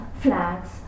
flags